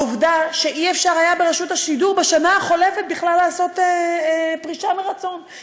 העובדה שלא היה אפשר בשנה החולפת לעשות פרישה מרצון ברשות השידור,